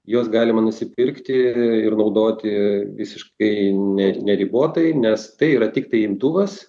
juos galima nusipirkti ir naudoti visiškai ne neribotai nes tai yra tiktai imtuvas